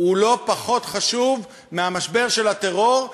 הוא לא פחות חשוב מהמשבר של הטרור,